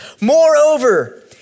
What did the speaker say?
Moreover